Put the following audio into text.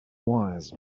wise